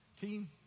team